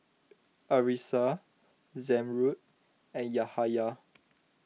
Arissa Zamrud and Yahaya